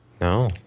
no